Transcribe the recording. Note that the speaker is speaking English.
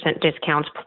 discounts